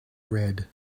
red